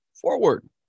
forward